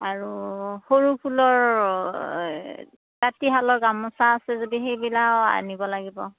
আৰু সৰু ফুলৰ তাঁতী শালৰ গামোচা আছে যদি সেইবিলাকো আনিব লাগিব